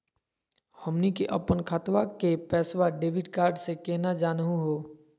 हमनी के अपन खतवा के पैसवा डेबिट कार्ड से केना जानहु हो?